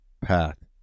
path